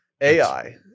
ai